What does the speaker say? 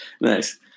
Nice